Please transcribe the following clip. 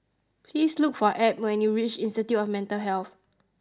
please look for Abb when you reach Institute of Mental Health